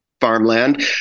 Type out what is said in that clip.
farmland